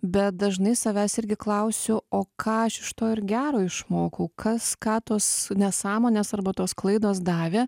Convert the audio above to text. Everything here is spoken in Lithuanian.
bet dažnai savęs irgi klausiu o ką aš iš to ir gero išmokau kas ką tos nesąmonės arba tos klaidos davė